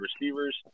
receivers